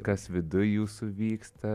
kas viduj jūsų vyksta